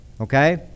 okay